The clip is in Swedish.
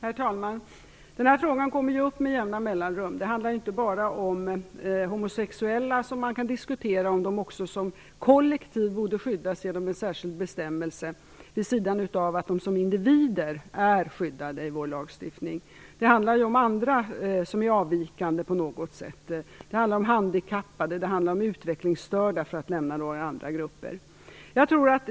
Herr talman! Den här frågan kommer upp med jämna mellanrum. Det handlar inte bara om homosexuella. Man kan diskutera om de också som kollektiv borde skyddas genom en särskild bestämmelse vid sidan av att de som individer är skyddade i vår lagstiftning. Det handlar också om andra som är avvikande på något sätt, handikappade och utvecklingsstörda för att nämna några andra grupper.